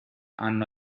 hanno